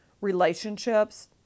relationships